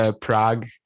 Prague